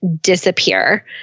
disappear